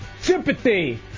sympathy